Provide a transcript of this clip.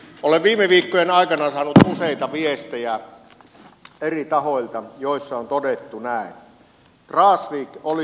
olen viime viikkojen aikana saanut useita viestejä eri tahoilta joissa on todettu näin